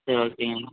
சரி ஓகேங்க அண்ணா